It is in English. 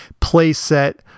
playset